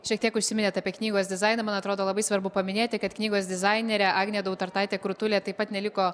šiek tiek užsiminėt apie knygos dizainą man atrodo labai svarbu paminėti kad knygos dizainerė agnė dautartaitė krutulė taip pat neliko